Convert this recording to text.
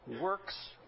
works